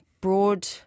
broad